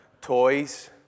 toys